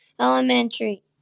Elementary